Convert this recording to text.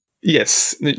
yes